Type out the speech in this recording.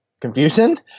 confusion